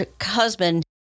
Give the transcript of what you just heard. husband